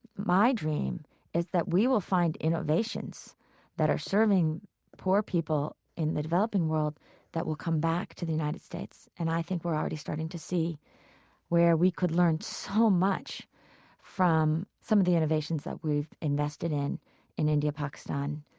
my dream is that we will find innovations that are serving poor people in the developing world that will come back to the united states. and i think we're already starting to see where we could learn so much from some of the innovations that we've invested in in india, pakistan,